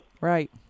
right